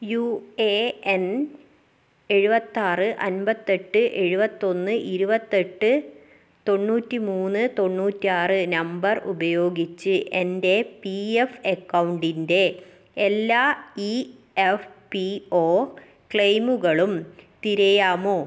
U A N എഴുപത്തിയാറ് അൻപത്തെട്ട് എഴുപത്തിയൊന്ന് ഇരുപത്തിയെട്ട് തൊണ്ണൂറ്റി മൂന്ന് തൊണ്ണൂറ്റിയാറ് നമ്പർ ഉപയോഗിച്ച് എൻ്റെ പി എഫ് അക്കൗണ്ടിൻ്റെ എല്ലാ ഇ എഫ് പി ഒ ക്ലെയിമുകളും തിരയാമോ